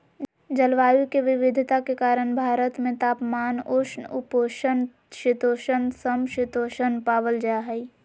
जलवायु के विविधता के कारण भारत में तापमान, उष्ण उपोष्ण शीतोष्ण, सम शीतोष्ण पावल जा हई